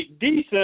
decent